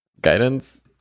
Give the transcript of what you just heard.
Guidance